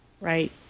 Right